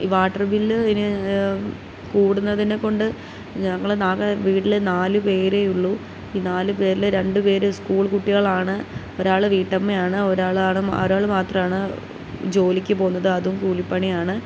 ഈ water bill ഇനി കൂടുന്നതിനെ കൊണ്ട് ഞങ്ങൾ ആകെ വീട്ടിൽ നാല് പേരെ ഉള്ളൂ ഈ നാല് പേരില് രണ്ട് പേർ സ്കൂൾ കുട്ടികളാണ് ഒരാൾ വീട്ടമ്മയാണ് ഒരാളാണ് ഒരാൾ മാത്രാണ് ജോലിക്ക് പോകുന്നത് അതും കൂലിപ്പണിയാണ്